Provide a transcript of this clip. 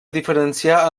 diferenciar